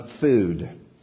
food